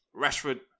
Rashford